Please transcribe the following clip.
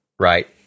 right